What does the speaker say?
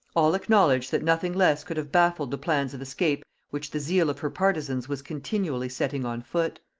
all acknowledge that nothing less could have baffled the plans of escape which the zeal of her partisans was continually setting on foot.